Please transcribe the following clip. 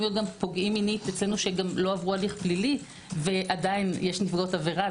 גם פוגעים מינית שגם לא עבאו הליך פלילי ועדיין יש נפגעות עבירה.